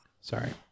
Sorry